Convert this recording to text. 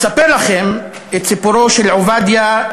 אספר לכם את סיפורו של עובדיה,